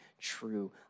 true